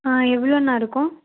ஆ எவ்வளோண்ணா இருக்கும்